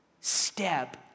step